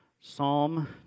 Psalm